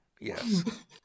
Yes